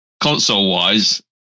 console-wise